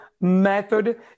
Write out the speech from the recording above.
method